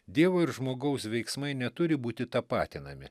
dievo ir žmogaus veiksmai neturi būti tapatinami